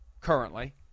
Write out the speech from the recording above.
currently